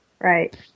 Right